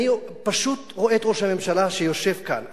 אני פשוט רואה את ראש הממשלה שיושב כאן,